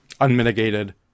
Unmitigated